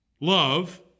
love